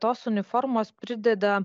tos uniformos prideda